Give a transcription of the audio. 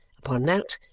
upon that,